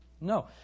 no